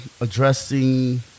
addressing